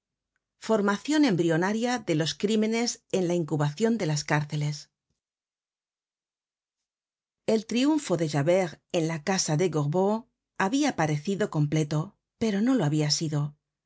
formacion embrionaria de los crímenes en la incubacion de las cárceles el triunfo de javert en la casa de gorbeau habia parecido completo pero no lo habia sido en